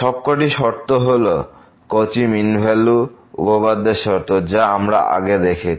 সবকটি শর্ত হল কচি মিন ভ্যালু উপপাদ্যের শর্ত যা আমরা আগে দেখেছি